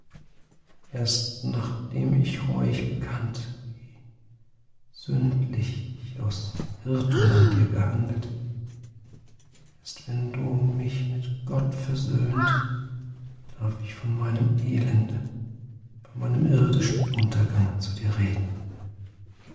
erst nachdem ich reuig bekannt wie sündlich ich aus irrtum an dir gehandelt erst wenn du mich mit gott versöhnt darf ich von meinem elende von meinem irdischen untergange zu dir reden